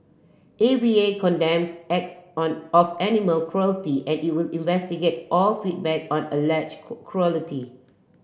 A V A condemns acts on of animal cruelty and will investigate all feedback on alleged quality